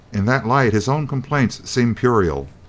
in that light his own complaints seemed puerile.